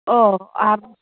ᱚᱻ